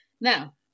Now